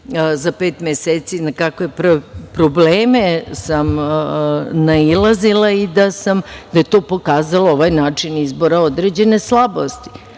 za 5 meseci, na kakve probleme sam nailazila, i da je to pokazalo ovaj način izbora, određene slabosti. Bila